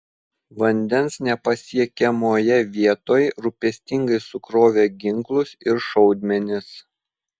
vandens nepasiekiamoje vietoj rūpestingai sukrovė ginklus ir šaudmenis